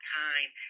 time